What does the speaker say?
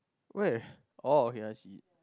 where oh okay I see it